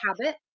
habit